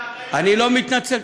אני לא מתנצל.